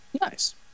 Nice